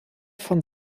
von